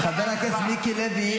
חבר הכנסת מיקי לוי,